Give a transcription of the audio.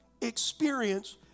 experience